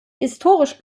historisch